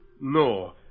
No